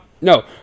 No